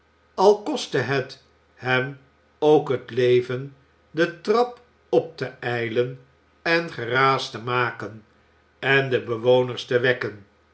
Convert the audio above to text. al kostte het hem ook het leven de trap op te ijlen en geraas te maken en de bewoners te wekken